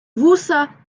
вуса